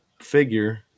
figure